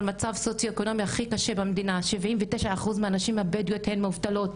מצב-סוציו אקונומי הכי קשה במדינה 79% מהנשים הבדואיות הן מובטלות.